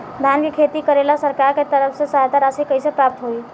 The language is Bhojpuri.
धान के खेती करेला सरकार के तरफ से सहायता राशि कइसे प्राप्त होइ?